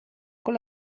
con